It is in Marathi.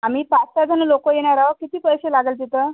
आम्ही पाच सहा जणं लोकं येणार आहोत किती पैसे लागल तिथं